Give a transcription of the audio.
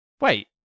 Wait